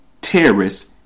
terrorists